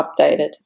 updated